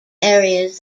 areas